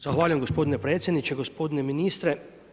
Zahvaljujem gospodine predsjedniče, gospodine ministre.